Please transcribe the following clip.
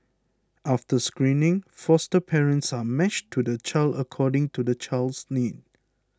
after screening foster parents are matched to the child according to the child's needs